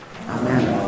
Amen